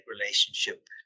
relationship